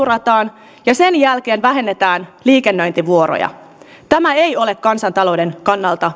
rataan ja sen jälkeen vähennetään liikennöintivuoroja tämä ei ole kansantalouden kannalta